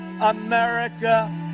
America